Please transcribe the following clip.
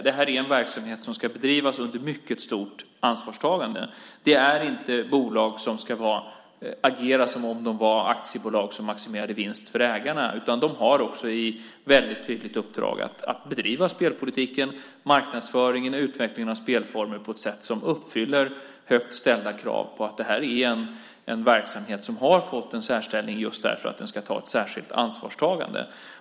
Det är en verksamhet som ska bedrivas under mycket stort ansvarstagande. Det är inte bolag som ska agera som om de var aktiebolag som maximerade vinst för ägarna. De har också ett väldigt viktigt uppdrag att bedriva spelpolitiken, marknadsföringen och utvecklingen av spelformer på ett sätt som uppfyller högt ställda krav på att det är en verksamhet som har fått en särställning just därför att den ska ta ett särskilt ansvarstagande.